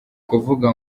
kuvuga